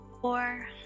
four